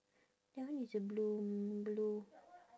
that one is a blue blue